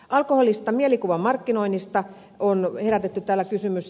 alkoholista mielikuvamarkkinoinnista on herätetty täällä kysymys